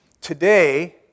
Today